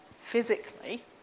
physically